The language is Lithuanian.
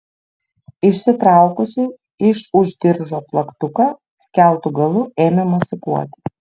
išsitraukusi iš už diržo plaktuką skeltu galu ėmė mosikuoti